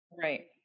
Right